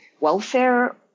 welfare